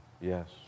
yes